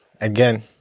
again